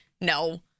No